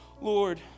Lord